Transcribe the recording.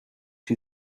who